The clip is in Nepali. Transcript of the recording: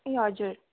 ए हजुर